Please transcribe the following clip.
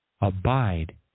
Abide